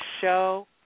show